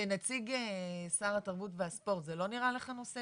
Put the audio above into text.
כנציג שר התרבות והספורט, זה לא נראה לך נושא